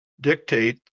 dictate